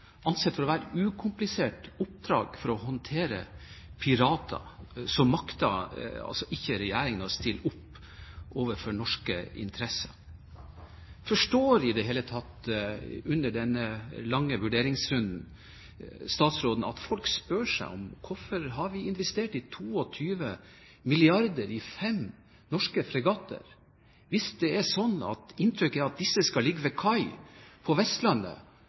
ansett for å være ukomplisert oppdrag for å håndtere pirater, og regjeringen ikke makter å stille opp overfor norske interesser? Forstår i det hele tatt statsråden, under denne lange vurderingsrunden, at folk spør seg hvorfor vi har investert 22 mrd. kr i fem norske fregatter, hvis inntrykket er at disse skal ligge ved kai på Vestlandet